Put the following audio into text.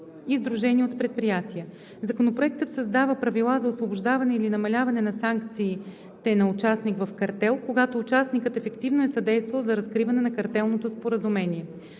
и сдружения от предприятия. Законопроектът създава правила за освобождаване или намаляване на санкциите на участник в картел, когато участникът ефективно е съдействал за разкриване на картелното споразумение.